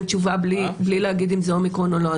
תשובה בלי להגיד אם זה אומיקרון או לא.